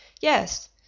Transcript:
Yes